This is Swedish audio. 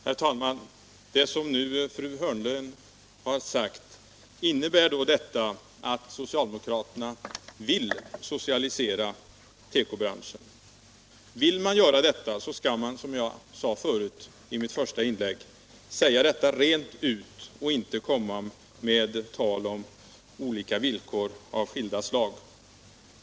Herr talman! Innebär det som fru Hörnlund nu har sagt att socialdemokraterna vill socialisera tekobranschen? Vill man göra detta så skall man, som jag sade i mitt första inlägg, säga det rent ut och inte komma med tal om villkor av skilda slag.